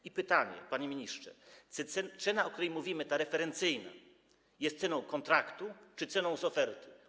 I pytanie, panie ministrze: Czy cena, o której mówimy, ta referencyjna, jest ceną kontraktu czy ceną z oferty?